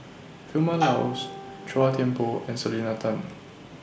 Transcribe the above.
Vilma Laus Chua Thian Poh and Selena Tan